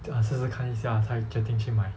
就试试看一下再决定去买